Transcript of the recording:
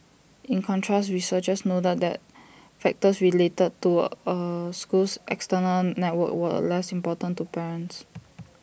in contrast researchers noted that factors related to A school's external network were less important to parents